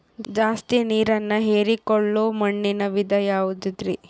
ಜಾಸ್ತಿ ನೇರನ್ನ ಹೇರಿಕೊಳ್ಳೊ ಮಣ್ಣಿನ ವಿಧ ಯಾವುದುರಿ?